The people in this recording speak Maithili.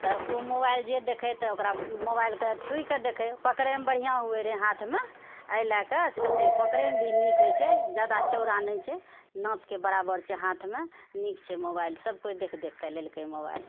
तऽ ओ मोबाइल जे देखए तऽ ओकरा मोबाइलके छूइ कऽ देखै पकड़ै मऽ बढ़िआँ होइ रहए हाथमे एहि लए कऽ से कहलकै ई पकड़ैमे भी नीक हइ छै जादा चौड़ा नहि छै नापके बराबर छै हाथमे नीक छै मोबाइल सब कोइ देखि देखिके लेलकए मोबाइल